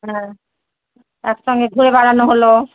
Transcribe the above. হ্যাঁ একসঙ্গে ঘুরে বেড়ানো হলো